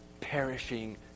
perishing